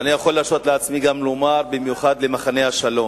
ואני יכול להרשות לעצמי גם לומר שבמיוחד למחנה השלום.